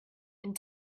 and